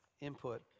input